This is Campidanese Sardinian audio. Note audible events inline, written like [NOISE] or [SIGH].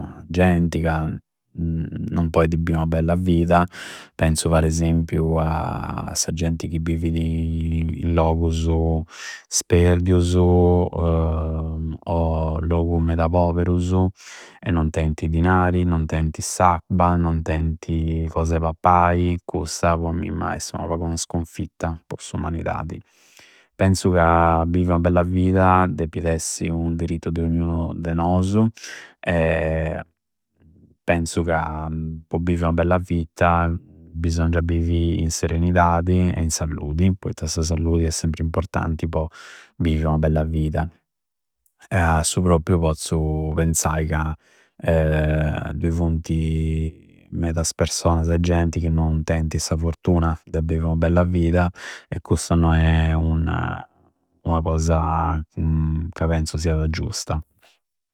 Genti ca non poidi bi ua bella vida, penzu par esempiu a sa genti chi bividi in logusu sperdiusu [HESITATION] o logu meda poberusu e non teinti dinari, non teinti s'abba, non teinti cosa e pappai. Custa po a mimma esti ua sconfitta po s'umanidadi. Penzu ca bivi ua bella vida deppidi essi u diriuttu de ognunu de nosu [HESITATION] penzu ca po bivi ua bella vita bisongia bivi in serenidadi e in salludi, poitta sa salludi è sempri importanti po bivi ua bella vida. A su propriu pozzu penzai ca [HESITATION] dui funti medas persoasa e genti ca non teinti sa forutna de bivi ua bella vida e cussu non è un, ua cosa [HESITATION] ca penzu siada giusta.